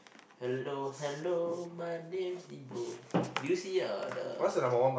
hello hello my name is Nibu did you see uh the